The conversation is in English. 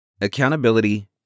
Accountability